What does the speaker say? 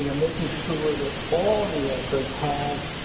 and making sure that all new yorkers have.